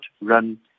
run